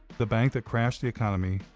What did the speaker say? the bank that crashed the economy,